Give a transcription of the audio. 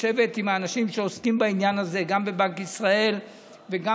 לשבת עם האנשים שעוסקים בעניין הזה גם בבנק ישראל וגם